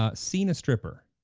ah seen a stripper.